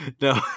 No